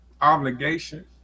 obligation